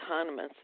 autonomous